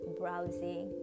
browsing